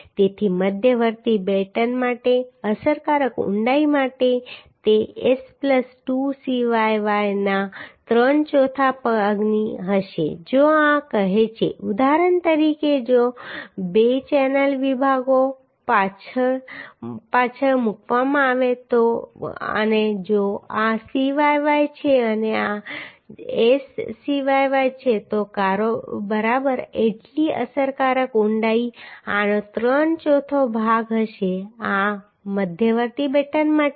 તેથી મધ્યવર્તી બેટન માટે અસરકારક ઊંડાઈ માટે તે S પ્લસ 2 Cyy ના ત્રણ ચોથા ભાગની હશે જો આ કહે છે ઉદાહરણ તરીકે જો બે ચેનલ વિભાગો પાછળ પાછળ મૂકવામાં આવે અને જો આ Cyy છે અને આ S Cyy છે તો બરાબર એટલી અસરકારક ઊંડાઈ આનો ત્રણ ચોથો ભાગ હશે આ મધ્યવર્તી બેટન માટે છે